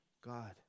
God